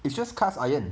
it's just cast iron